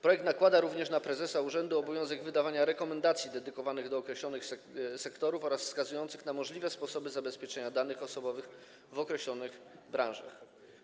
Projekt nakłada również na prezesa urzędu obowiązek wydawania rekomendacji dedykowanych określonym sektorom oraz wskazujących na możliwe sposoby zabezpieczenia danych osobowych w określonych branżach.